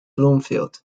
bloomfield